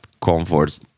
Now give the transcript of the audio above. comfort